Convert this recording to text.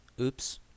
Oops